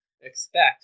expect